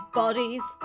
bodies